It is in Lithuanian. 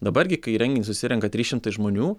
dabar gi kai į renginį susirenka trys šimtai žmonių